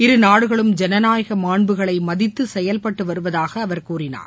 இருநாடுகளும் ஜனநாயக மாண்புகளை மதித்து செயல்பட்டு வருவதாக அவர் கூறினார்